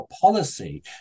policy